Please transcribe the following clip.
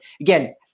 Again